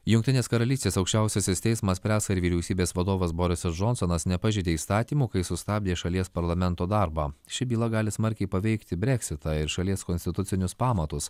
jungtinės karalystės aukščiausiasis teismas spręs ar vyriausybės vadovas borisas džonsonas nepažeidė įstatymų kai sustabdė šalies parlamento darbą ši byla gali smarkiai paveikti breksitą ir šalies konstitucinius pamatus